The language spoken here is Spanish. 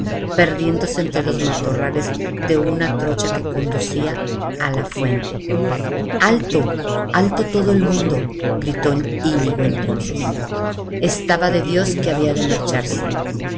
perdiéndose entre los matorrales de una trocha que conducía á la fuente alto alto todo el mundo gritó iñigo entonces estaba de dios que había de marcharse